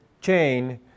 chain